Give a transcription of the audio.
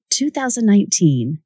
2019